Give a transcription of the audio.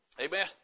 Amen